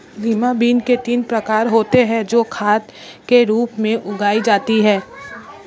lima beans के तीन प्रकार होते हे जो खाद के रूप में उगाई जाती हें